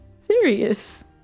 serious